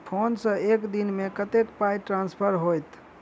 Phone सँ एक दिनमे कतेक पाई ट्रान्सफर होइत?